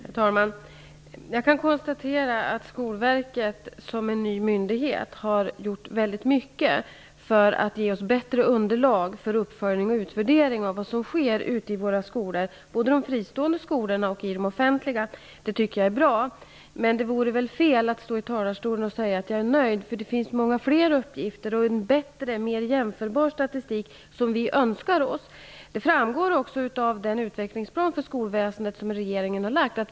Herr talman! Jag kan konstatera att Skolverket har i sin egenskap av ny myndighet gjort mycket för att ge oss bättre underlag för uppföljning och utvärdering av vad som sker ute i våra skolor -- både de fristående och de offentliga skolorna. Det tycker jag är bra. Men det vore väl fel att stå i talarstolen och säga att jag är nöjd. Det finns många fler upgifter, en bättre och mer jämförbar statistik som vi önskar oss. Det framgår av den utvecklingsplan för skolväsendet som regeringen har lagt fram.